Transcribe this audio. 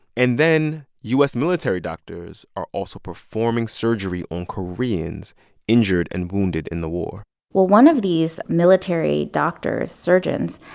and then u s. military doctors are also performing surgery on koreans injured and wounded in the war well, one of these military doctors, surgeons,